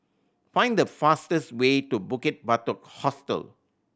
find the fastest way to Bukit Batok Hostel